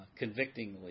convictingly